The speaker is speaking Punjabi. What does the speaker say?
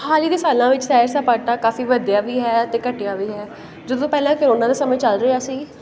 ਹਾਲ ਹੀ ਦੇ ਸਾਲਾਂ ਵਿੱਚ ਸੈਰ ਸਪਾਟਾ ਕਾਫੀ ਵਧਿਆ ਵੀ ਹੈ ਅਤੇ ਘਟਿਆ ਵੀ ਹੈ ਜਦੋਂ ਪਹਿਲਾਂ ਕਰੋਨਾ ਦਾ ਸਮਾਂ ਚੱਲ ਰਿਹਾ ਸੀ